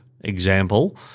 example